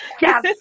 Yes